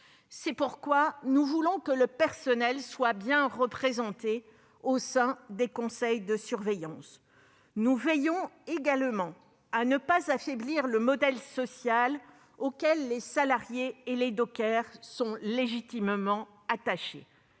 C'est pourquoi nous voulons que le personnel soit bien représenté au sein des conseils de surveillance. Nous veillerons également à ne pas affaiblir le modèle social auquel les salariés et les dockers sont légitimement attachés.